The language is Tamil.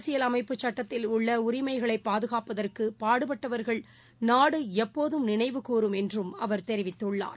அரசியல் அமைப்புச் சுட்டத்தில் உள்ளஉரிமைகளைபாதுகாப்பதற்குபாடுபட்டவர்களைநாடுஎப்போதும் நினைவுகூறும் என்றும் அவர் தெரிவித்துள்ளார்